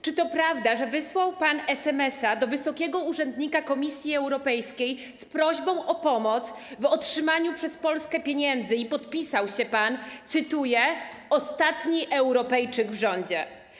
Czy to prawda, że wysłał pan SMS-a do wysokiego urzędnika Komisji Europejskiej z prośbą o pomoc, aby Polska otrzymała pieniądze, i podpisał się pan, cytuję: ostatni Europejczyk w rządzie?